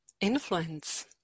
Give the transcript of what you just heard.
influence